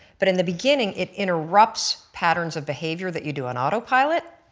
but in the beginning it interrupts patterns of behavior that you do on autopilot,